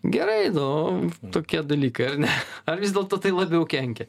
gerai nu tokie dalykai ar ne ar vis dėlto tai labiau kenkia